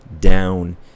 down